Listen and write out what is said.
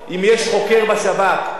הוא לא יכול ללכת לדבר מה שהוא רוצה,